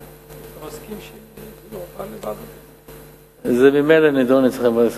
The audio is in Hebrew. מסכים שיועבר לוועדת הכספים?